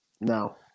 no